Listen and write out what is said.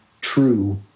true